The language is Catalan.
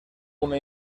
una